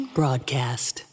broadcast